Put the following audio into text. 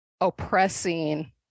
oppressing